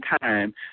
time